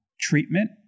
treatment